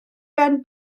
ben